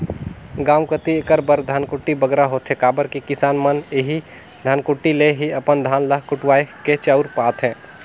गाँव कती एकर बर धनकुट्टी बगरा होथे काबर कि किसान मन एही धनकुट्टी ले ही अपन धान ल कुटवाए के चाँउर पाथें